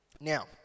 Now